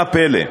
אך מה הפלא,